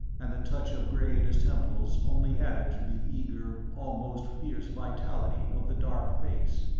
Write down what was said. and the touch of gray at his temples only added to the eager, almost fierce vitality of the dark face.